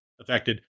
affected